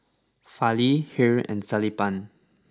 Fali Hri and Sellapan